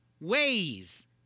ways